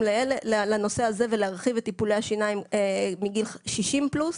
לנושא הזה ולהרחיב את טיפולי השיניים מגיל 60 פלוס.